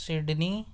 Sydney